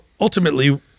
ultimately